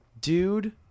Dude